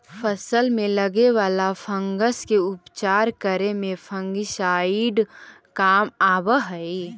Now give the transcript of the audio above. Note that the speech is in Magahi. फसल में लगे वाला फंगस के उपचार करे में फंगिसाइड काम आवऽ हई